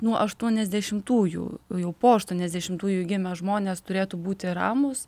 nuo aštuoniasdešimtųjų jau po aštuoniasdešimtųjų gimę žmonės turėtų būti ramūs